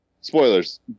Spoilers